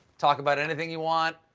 talk about anything you want.